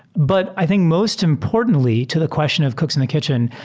but i think most importantly, to the question of cooks in the kitchen,